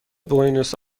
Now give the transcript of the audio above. بوینس